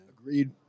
Agreed